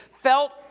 felt